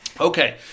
Okay